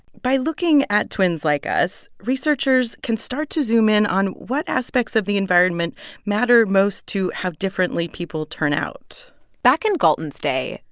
by looking at twins like us, researchers can start to zoom in on what aspects of the environment matter most to how differently people turn out back in galton's day,